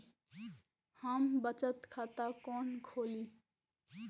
हम बचत खाता कोन खोली?